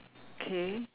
K